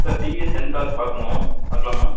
sir TVS Ntorq பார்க்கணும் பார்க்கலாமா